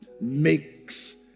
makes